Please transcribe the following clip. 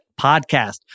podcast